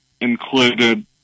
included